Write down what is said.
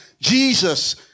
Jesus